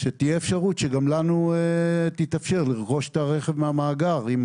שתהיה אפשרות שגם לנו תתאפשר לרכוש את הרכב מהמאגר עם